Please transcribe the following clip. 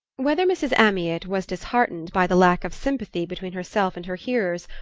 whether mrs. amyot was disheartened by the lack of sympathy between herself and her hearers,